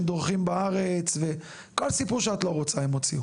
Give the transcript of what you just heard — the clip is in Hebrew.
דורכים בארץ וכל סיפור שאת לא רוצה הם הוציאו